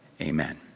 Amen